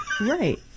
Right